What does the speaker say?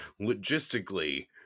logistically